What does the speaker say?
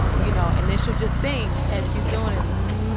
you know? and then she'll just sing as she's doing it.